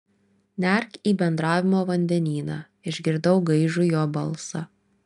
nerk į bendravimo vandenyną išgirdau gaižų jo balsą